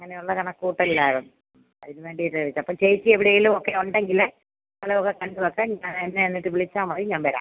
അങ്ങനെയുള്ള കണക്കുകൂട്ടലിലായിരുന്നു അതിന് വേണ്ടിയിട്ടാ വിളിച്ചപ്പം ചേച്ചി എവിടെയെങ്കിലും ഒക്കെ ഉണ്ടെങ്കിൽ സ്ഥലം ഒക്കെ കണ്ട് വെക്ക് ഞാൻ എന്നെ എന്നിട്ട് വിളിച്ചാൽ മതി ഞാൻ വരാം